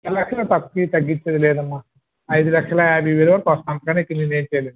లక్ష నేను తగ్గించేది లేదు అమ్మా ఐదు లక్షల యాభై వేల వరకు వస్తుంది అంతకన్నా ఎక్కువ నేనేమి చేయలేను